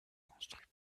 construit